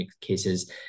cases